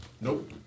Nope